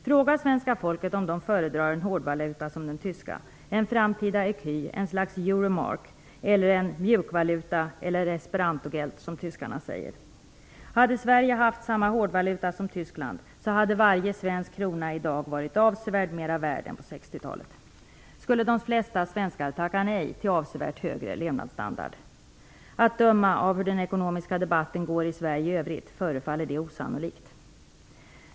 Fråga svenska folket om det föredrar en hårdvaluta som den tyska, en framtida ecu, ett slags euromark, eller en mjukvaluta -- esperantogeld, som tyskarna säger. Hade Sverige haft samma hårdvaluta som Tyskland, hade varje svensk krona i dag varit avsevärt mer värd än på 60-talet. Skulle de flesta svenskar tacka nej till avsevärt högre levnadsstandard? Att döma av den ekonomiska debatten i övrigt i Sverige förefaller det osannolikt.